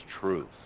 truth